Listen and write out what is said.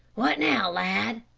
what now, lad?